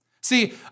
See